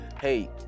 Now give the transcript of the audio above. hey